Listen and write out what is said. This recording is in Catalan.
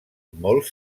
molt